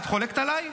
את חולקת עליי?